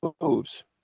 moves